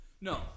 No